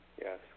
Yes